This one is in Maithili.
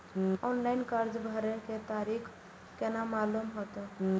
ऑनलाइन कर्जा भरे के तारीख केना मालूम होते?